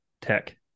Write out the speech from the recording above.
Tech